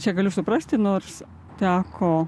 čia galiu suprasti nors teko